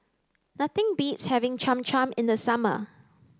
nothing beats having Cham Cham in the summer